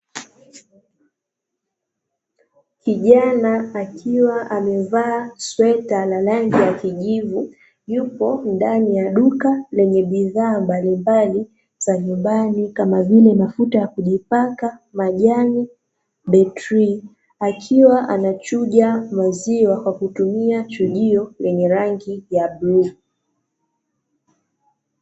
Kijana akiwa amevaa sweta la rangi ya kijivu, yupo ndani ya duka lenye bidhaa mbalimbali za nyumbani kama vile mafuta ya kujipaka, majani, betri akiwa anachuja maziwa kwa kutumia chujio lenye rangi ya bluu.